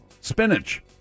Spinach